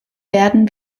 werden